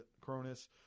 Cronus